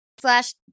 slash